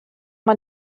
man